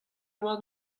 warn